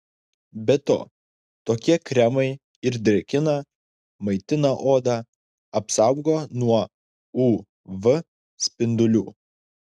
be to tokie kremai ir drėkina maitina odą apsaugo nuo uv spindulių